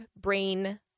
brain